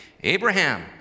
Abraham